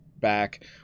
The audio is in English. back